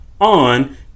on